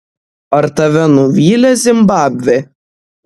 ar tave nuvylė zimbabvė